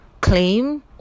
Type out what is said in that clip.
claim